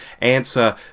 answer